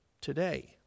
today